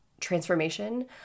transformation